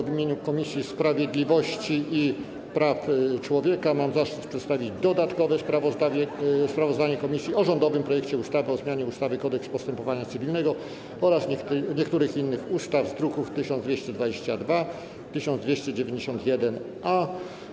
W imieniu Komisji Sprawiedliwości i Praw Człowieka mam zaszczyt przedstawić dodatkowe sprawozdanie komisji o rządowym projekcie ustawy o zmianie ustawy - Kodeks postępowania cywilnego oraz niektórych innych ustaw, druki nr 1222 i 1291-A.